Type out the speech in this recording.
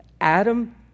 Adam